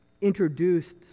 introduced